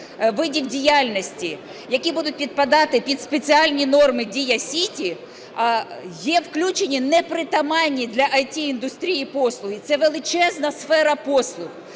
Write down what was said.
видів діяльності, які будуть підпадати під спеціальні норми "Дія Сіті" є включені непритаманні для ІТ-індустрії послуги. Це величезна сфера послуг.